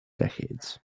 decades